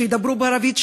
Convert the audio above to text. שידברו בערבית,